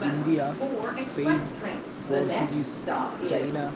India Spain portuguese China